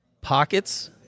Pockets